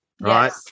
Right